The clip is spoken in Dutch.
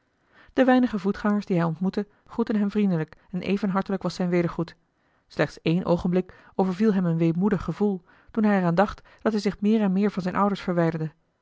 de weinige voetgangers die hij ontmoette groetten hem vriendelijk en even hartelijk was zijne wedergroet slechts éen oogenblik overviel hem een weemoedig gevoel toen hij er aan dacht dat hij zich meer en meer van zijne ouders verwijderde